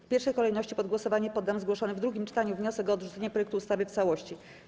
W pierwszej kolejności pod głosowanie poddam zgłoszony w drugim czytaniu wniosek o odrzucenie projektu ustawy w całości.